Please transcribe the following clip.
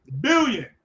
Billion